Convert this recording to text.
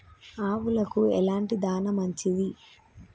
ఆవులకు ఎలాంటి దాణా మంచిది?